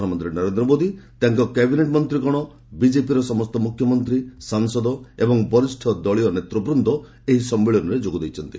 ପ୍ରଧାନମନ୍ତ୍ରୀ ନରେନ୍ଦ୍ର ମୋଦି ତାଙ୍କ କ୍ୟାବିନେଟ୍ ମନ୍ତ୍ରିଗଣ ବିକେପିର ସମସ୍ତ ମ୍ରଖ୍ୟମନ୍ତ୍ରୀ ସାଂସଦ ଏବଂ ବରିଷ୍ଠ ଦଳୀୟ ନେତୃବୃନ୍ଦ ଏହି ସମ୍ମିଳନୀରେ ଯୋଗ ଦେଇଛନ୍ତି